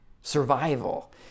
Survival